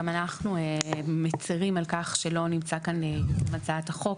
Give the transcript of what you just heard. גם אנחנו מצרים על כך שלא נמצא כאן מגיש הצעת החוק,